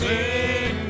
Sing